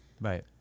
Right